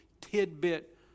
tidbit